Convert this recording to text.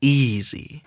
easy